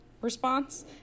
response